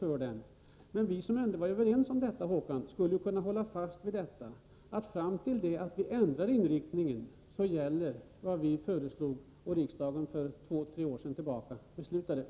Skulle inte vi som då var överens kunna hålla fast vid att fram till det att vi ändrar inriktningen gäller det som vi föreslog och som riksdagen för två tre år sedan fattade beslut om?